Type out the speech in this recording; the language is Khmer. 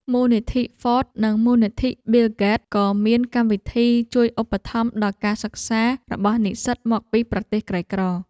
មូលនិធិហ្វត (Ford)និងមូលនិធិប៊ីលហ្គេត(Bill Gates) ក៏មានកម្មវិធីជួយឧបត្ថម្ភដល់ការសិក្សារបស់និស្សិតមកពីប្រទេសក្រីក្រ។